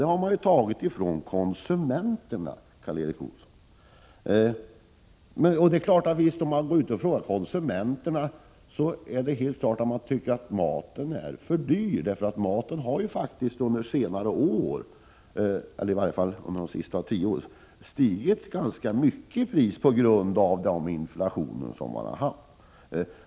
Det har man tagit från konsumenterna, Karl Erik Olsson. Och det är klart att konsumenterna om de blir tillfrågade tycker att maten är för dyr. Maten har ju under de senaste tio åren stigit ganska mycket i pris på grund av inflationen.